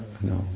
no